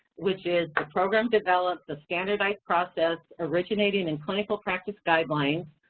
which is the program develops a standardized process originating in clinical practice guidelines